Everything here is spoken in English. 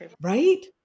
Right